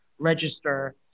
register